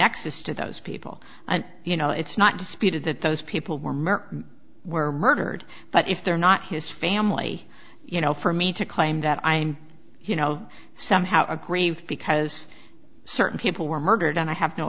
nexus to those people and you know it's not disputed that those people warmer were murdered but if they're not his family you know for me to claim that i am you know somehow a grave because certain people were murdered and i have no